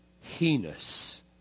heinous